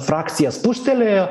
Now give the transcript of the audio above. frakcija spustelėjo